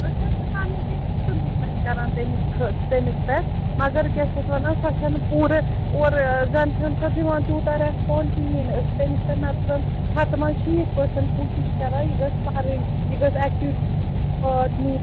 أسۍ حظ چھِ پَنٕنۍ کِن کران تٔمِس خٲ تٔمِس پٮ۪ٹھ مگر کیٛاہ چھِ اَتھ وَنان سۄ چھَنہٕ پوٗرٕ اورٕ زَنہٕ چھَنہٕ سۄ دِوان تیوٗتاہ رٮ۪سپونٛڈ کِہیٖنۍ نہٕ أسۍ چھِ تٔمِس پٮ۪ٹھ نَتہٕ زَن ہَتہٕ منٛز شیٖتھ پٔرسنٛٹ کوٗشِش کران یہِ گٔژھ پَرٕنۍ یہِ گٔژھ اٮ۪کٹِو پاٹ نِنۍ